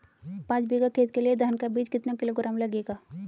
पाँच बीघा खेत के लिये धान का बीज कितना किलोग्राम लगेगा?